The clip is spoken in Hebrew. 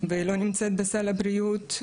והיא לא נמצאת בסל הבריאות.